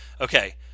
Okay